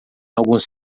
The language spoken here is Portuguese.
alguns